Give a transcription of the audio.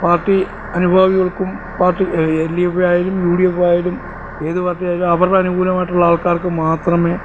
party അനുഭാവികൾക്കും party L D F ആയാലും U D F ആയാലും ഏത് പാർട്ടി ആയാലും അവരുടെ അനുകൂലമായിട്ടുള്ള ആൾക്കാർക്ക് മാത്രമേ